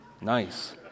Nice